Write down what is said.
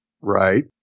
Right